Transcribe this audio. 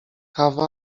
kawa